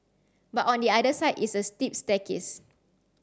but on the other side is a steep staircase